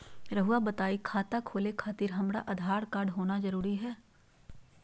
रउआ बताई खाता खोले खातिर हमरा आधार कार्ड होना जरूरी है?